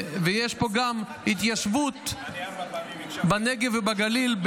ויש פה גם התיישבות בנגב ובגליל,